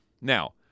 Now